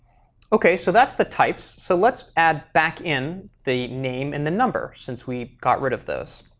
ok, so that's the types. so let's add back in the name and the number since we got rid of those.